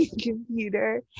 computer